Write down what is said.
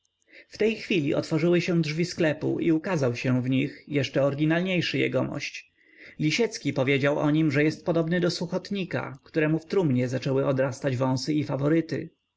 w tej chwili otworzyły się drzwi sklepu i ukazał się w nich jeszcze oryginalniejszy jegomość lisiecki powiedział o nim że jest podobny do suchotnika któremu w trumnie zaczęły odrastać wąsy i faworyty